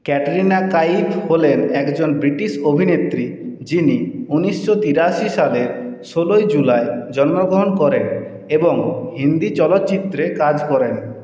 ক্যাটরিনা কাইফ হলেন একজন ব্রিটিশ অভিনেত্রী যিনি উনিশশো তিরাশি সালের ষোলোই জুলাই জন্মগ্রহণ করেন এবং হিন্দি চলচ্চিত্রে কাজ করেন